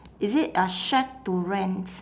is it uh shack to rent